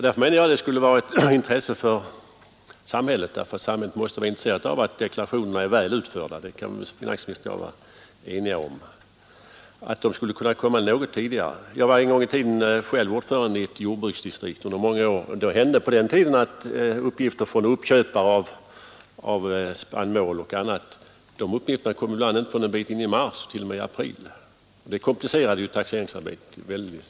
Därför menar jag att detta skulle vara av intresse för samhället, eftersom det måste vara till fördel för det allmänna att deklarationerna är väl utförda. Finansministern och jag kan väl vara eniga om det och om att uppgifterna skulle kunna komma något tidigare. NSU Jag var en gång i tiden taxeringsnämndsordförande i ett jordbruks Om åtgärder för distrikt under många år, och då hände det ibland att uppgifter från 4! förbättra uppköpare av spannmål och annat inte kom förrän ett stycke in i mars sysselsättnings eller t.o.m. in i april. Det komplicerade taxeringsarbetet i hög grad.